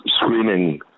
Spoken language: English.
screaming